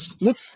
Look